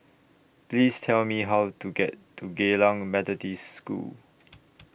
Please Tell Me How to get to Geylang Methodist School